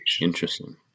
Interesting